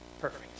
Perfect